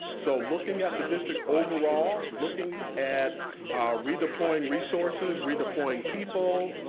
so looking at the district overall, looking at redeploying resources, redeploying people,